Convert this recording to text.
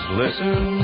listen